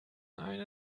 eine